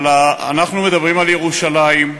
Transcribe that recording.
אנחנו מדברים על ירושלים,